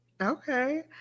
okay